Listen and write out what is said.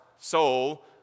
soul